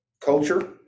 culture